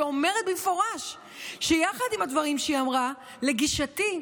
שהיא אומרת במפורש שיחד עם הדברים שהיא אמרה: "לגישתי,